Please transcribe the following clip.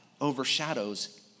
overshadows